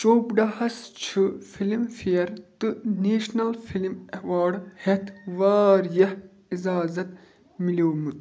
چوپڑاہَس چھُ Filmfare تہٕ National Film Award ہٮ۪تھ واریاہ اعزازت میلیٛومُت